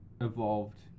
evolved